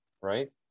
right